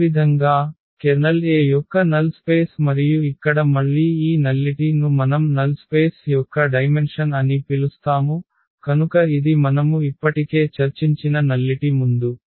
అదేవిధంగా kernel A యొక్క null space మరియు ఇక్కడ మళ్ళీ ఈ నల్లిటి ను మనం నల్ స్పేస్ యొక్క డైమెన్షన్ అని పిలుస్తాము కనుక ఇది మనము ఇప్పటికే చర్చించిన నల్లిటి ముందు